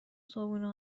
صبحونه